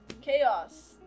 chaos